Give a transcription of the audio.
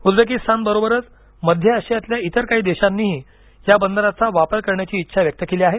Uzbekistan बरोबरच मध्य आशियातल्या इतर काही देशांनीही या बंदराचा वापर करण्याची इच्छा व्यक्त केली आहे